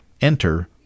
Enter